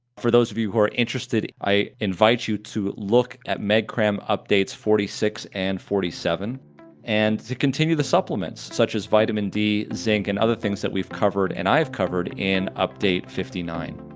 for those of you who are interested, i invite you to look at medcram updates forty six and forty seven and to continue the supplements such as vitamin d, zinc, and other things that we've covered and i've covered in update fifty nine,